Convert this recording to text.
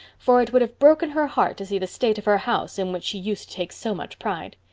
for it would have broken her heart to see the state of her house in which she used to take so much pride.